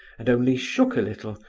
and only shook a little,